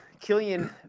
Killian